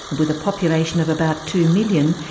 and with a population of about two million,